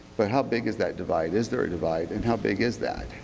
but how big is that divide? is there a divide, and how big is that,